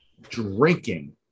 drinking